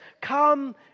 come